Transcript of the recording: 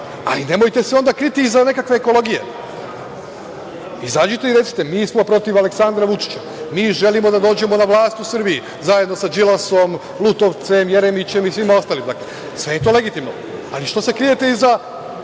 ali nemojte se onda kriti iza nekakve ekologije. Izađite i recite – mi smo protiv Aleksandra Vučića. Mi želimo da dođemo na vlast u Srbiju zajedno sa Đilasom, Lutovcem, Jeremićem i svima ostalima. Sve je to legitimno, ali što se krijete iza